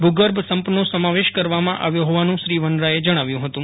ભૂગર્ભ સંપનો સમાવેશ કરવામાં આવ્યો હોવાનું શ્રી વનરાએ જણાવ્યું હતું